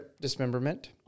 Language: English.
dismemberment